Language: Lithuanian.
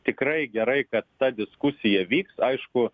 tikrai gerai kad ta diskusija vyks aišku